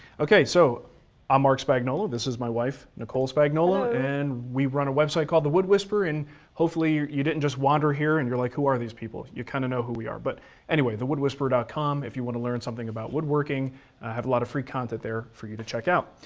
okay, so i'm marc spagnuolo, this is my wife nicole spagnuolo hello. and we run a website called the wood whisperer and hopefully you didn't just wander here and you're like, who are these people? you kinda know who we are. but anyway, thewoodwhisperer dot com if you want to learn something about woodworking. i have a lot of free content there for you to check out.